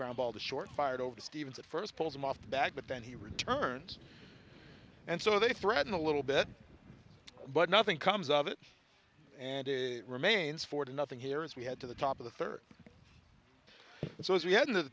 ground ball to short fired over stevens at first pulls him off the back but then he returns and so they threaten a little bit but nothing comes of it and it remains for nothing here as we head to the top of the third so as we head into the